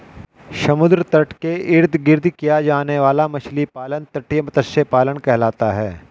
समुद्र तट के इर्द गिर्द किया जाने वाला मछली पालन तटीय मत्स्य पालन कहलाता है